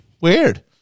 weird